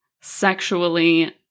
sexually